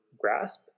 grasp